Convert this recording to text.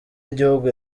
y’igihugu